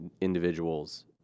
individuals